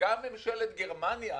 וגם ממשלת גרמניה